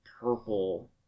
purple